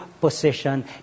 position